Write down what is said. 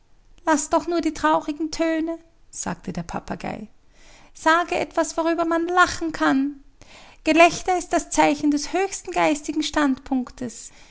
laß doch nur die traurigen töne sagte der papagei sage etwas worüber man lachen kann gelächter ist das zeichen des höchsten geistigen standpunktes